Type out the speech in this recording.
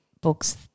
books –